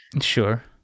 Sure